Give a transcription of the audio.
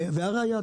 והראיה,